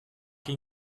che